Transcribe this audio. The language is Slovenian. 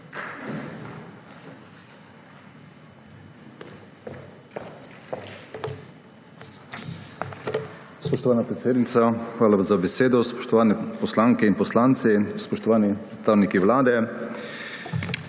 Spoštovana predsednica, hvala za besedo. Spoštovane poslanke in poslanci, spoštovani predstavniki Vlade!